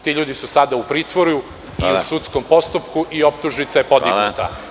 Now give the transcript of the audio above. Ti ljudi su sada u pritvoru i sudskom postupku i optužnica je podignuta.